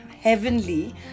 heavenly